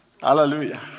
Hallelujah